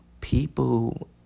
people